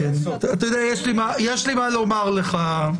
יש לי מה לומר לך.